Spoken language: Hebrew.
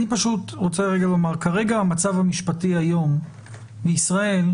אני פשוט רוצה לומר, המצב המשפטי היום בישראל,